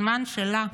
הזמן שלה,